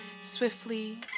Swiftly